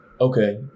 Okay